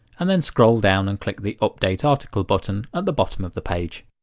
and then scroll down and click the update article button at the bottom of the page.